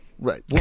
Right